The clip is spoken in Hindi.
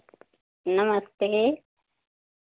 नमस्ते